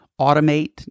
automate